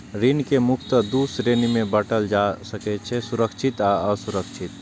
ऋण कें मुख्यतः दू श्रेणी मे बांटल जा सकै छै, सुरक्षित आ असुरक्षित